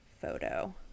photo